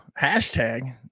hashtag